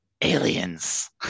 aliens